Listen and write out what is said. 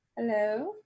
Hello